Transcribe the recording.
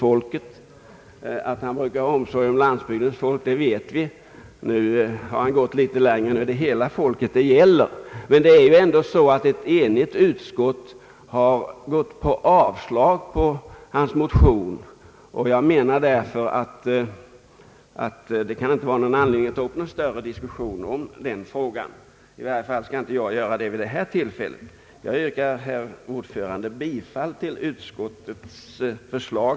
Vi vet att han annars hyser stor omsorg om landsbygdens folk, men nu har han alltså gått litet längre. Nu gäller det hela folket. Eftersom ett enhälligt utskott har yrkat avslag på herr Ferdinand Nilssons motion saknas anledning att diskutera denna ytterligare. Jag ber, herr talman, att få yrka bifall till utskottets förslag.